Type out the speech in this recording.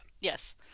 Yes